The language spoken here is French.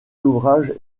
ouvrages